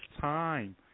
time